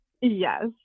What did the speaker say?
yes